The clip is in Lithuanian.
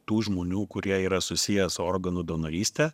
tų žmonių kurie yra susiję su organų donoryste